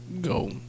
go